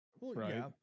Right